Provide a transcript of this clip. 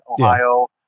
Ohio